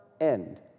end